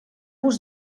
vos